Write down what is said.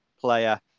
player